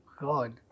God